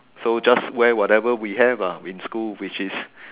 so just wear whatever we have ah in school which is